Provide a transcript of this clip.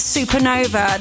Supernova